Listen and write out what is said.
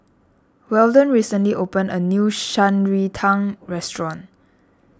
Weldon recently opened a new Shan Rui Tang Restaurant